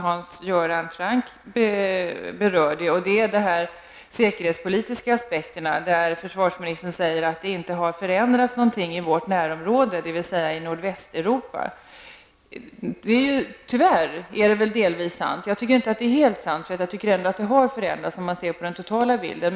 Hans Göran Franck berörde de säkerhetspolitiska aspekterna. Där säger försvarsministern att det inte har skett någon förändring i vårt närområde, dvs. i Nordvästeuropa. Tyvärr är det delvis sant. Jag tycker dock att det inte är helt sant, för läget har ändå förändrats om man ser på den totala bilden.